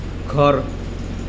ঘৰ